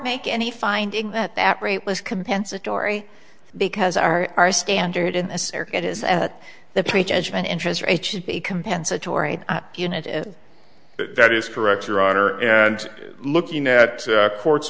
make any finding that that rate was compensatory because our our standard in the circuit is at the pre judgment interest rate should be compensatory in it if that is correct your honor and looking at courts